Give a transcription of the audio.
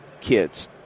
kids